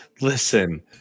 listen